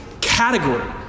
category